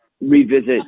revisit